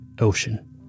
ocean